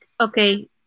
okay